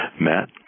Matt